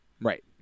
Right